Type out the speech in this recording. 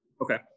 Okay